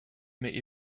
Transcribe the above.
may